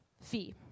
fee